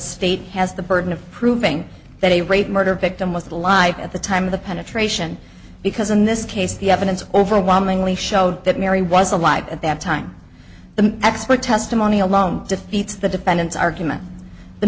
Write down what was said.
state has the burden of proving that a rape murder victim was alive at the time of the penetration because in this case the evidence overwhelmingly showed that mary was alive at that time the expert testimony alone defeats the defendant's argument the